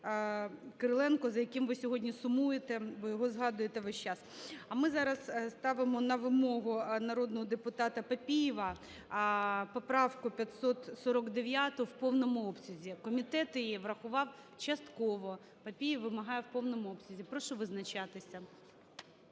Кириленко, за яким ви сьогодні сумуєте, ви його згадуєте весь час. А ми зараз ставимо на вимогу народного депутатаПапієва поправку 549 в повному обсязі. Комітет її врахував частково, Папієв вимагає – в повному обсязі. Прошу визначатися.